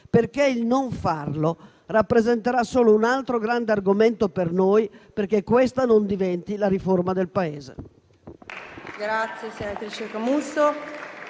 perché il non farlo rappresenterà solo un altro grande argomento, per noi, affinché questa non diventi la riforma del Paese.